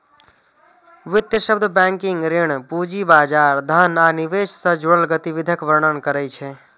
वित्त शब्द बैंकिंग, ऋण, पूंजी बाजार, धन आ निवेश सं जुड़ल गतिविधिक वर्णन करै छै